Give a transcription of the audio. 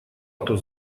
кто